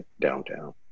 downtown